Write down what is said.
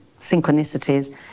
synchronicities